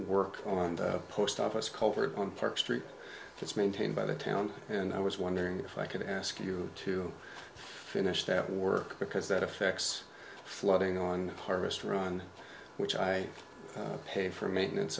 work on the post office culvert on park street it's maintained by the town and i was wondering if i could ask you to finish that work because that affects flooding on harvest run which i pay for maintenance